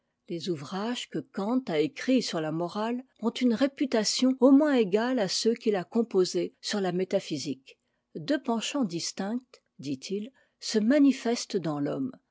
les ouvrages que kant a écrits sur la morale ont une réputation au moins égale à ceux qu'il a composés sur la métaphysique deux penchants distincts dit-il se manifestent dans l'homme